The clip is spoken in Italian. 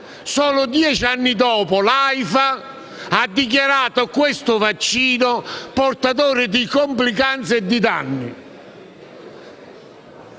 Solo dieci anni dopo l'AIFA ha dichiarato questo vaccino portatore di complicanze e danni.